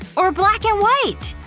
or black and white!